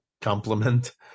compliment